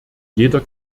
jeder